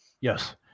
yes